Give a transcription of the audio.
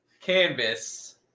canvas